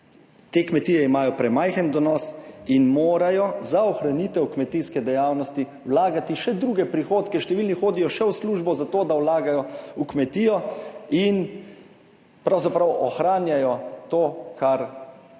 Te kmetije imajo premajhen donos in morajo za ohranitev kmetijske dejavnosti vlagati še druge prihodke, številni hodijo še v službo za to, da vlagajo v kmetijo in pravzaprav ohranjajo to po čemer